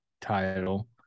title